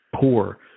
poor